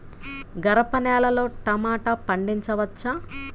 గరపనేలలో టమాటా పండించవచ్చా?